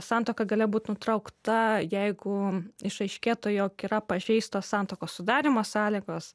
santuoka galėjo būt nutraukta jeigu išaiškėtų jog yra pažeistos santuokos sudarymo sąlygos